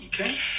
Okay